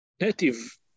native